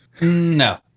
No